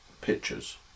pictures